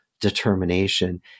determination